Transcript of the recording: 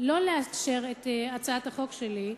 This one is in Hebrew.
שלא לאשר את הצעת החוק שלי,